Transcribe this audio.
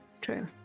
true